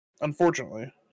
Unfortunately